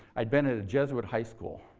i'd been at a jesuit high school.